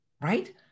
right